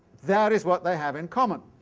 that is what they have in common